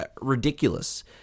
ridiculous